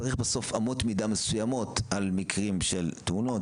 צריך בסוף אמות מידה מסוימות על מקרים של תאונות,